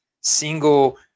single